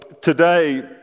today